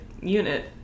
unit